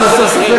למען הסר ספק,